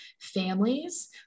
families